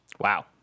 Wow